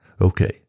Okay